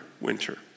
winter